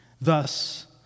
thus